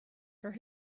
for